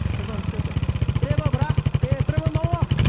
everyone said that. treva but yeah treva noah!